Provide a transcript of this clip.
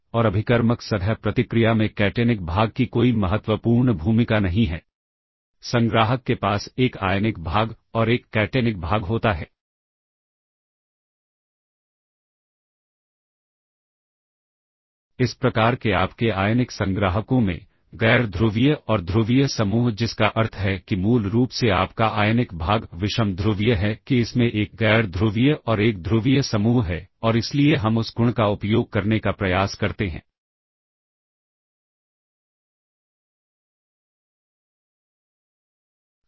तो मेरे पास एक सबरूटीन है जहां ऐसा है यह मेरा सबरूटीन है और वहां मैं इस तरह के रजिस्टरों का उपयोग कर रहा हूं कोड के इस भाग में मैं रजिस्टर बी सी एच और एल का उपयोग कर रहा हूं